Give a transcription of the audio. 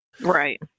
Right